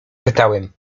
pytałem